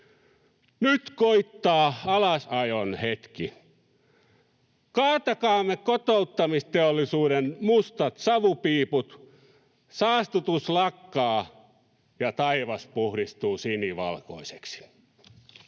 Nyt koittaa alasajon hetki. Kaatakaamme kotouttamisteollisuuden mustat savupiiput. Saastutus lakkaa, ja taivas puhdistuu sinivalkoiseksi.